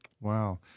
Wow